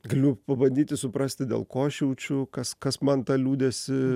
galiu pabandyti suprasti dėl ko aš jaučiu kas kas man tą liūdesį